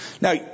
Now